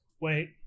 Wait